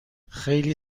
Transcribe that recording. خیلی